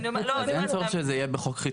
אין צורך שזה יהיה בחוק חיצוני.